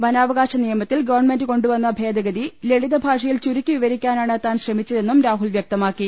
വനാവകാശ നിയമത്തിൽ ഗവൺമെന്റ് കൊണ്ടുവന്ന ഭേദഗതി ലളിതഭാഷയിൽ ചുരുക്കി വിവരിക്കാനാണ് താൻ ശ്രമിച്ചതെന്നും രാഹുൽ വ്യക്തമാക്കി